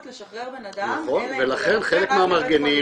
לשחרר בנאדם אלא אם --- ואז לבית חולים.